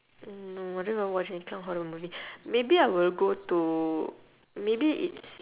mm no I don't even watch any clown horror movie maybe I will go to maybe it's